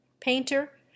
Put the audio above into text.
painter